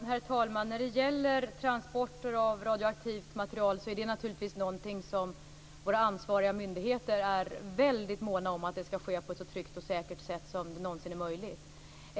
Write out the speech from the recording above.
Herr talman! När det gäller transporter av radioaktivt material är våra ansvariga myndigheter naturligtvis väldigt måna om att det skall ske på ett så tryggt och säkert sätt som det någonsin är möjligt.